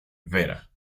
vera